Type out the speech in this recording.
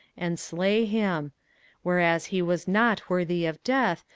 and slay him whereas he was not worthy of death,